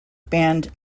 band